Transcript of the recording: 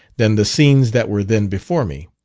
than the scenes that were then before me.